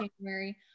January